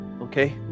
Okay